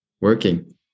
working